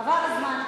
עבר הזמן.